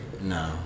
No